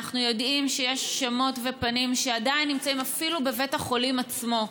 אנחנו יודעים שיש שמות ופנים שעדיין נמצאים אפילו בבית החולים עצמו.